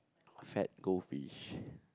fat goldfish